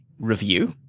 review